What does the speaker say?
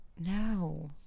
no